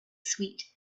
sweet